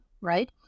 right